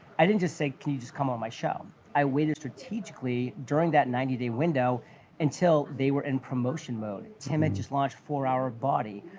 i didn't just say, can you just come on my show? i waited strategically during that ninety day window until they were in promotion-mode. tim had just launched four hour body,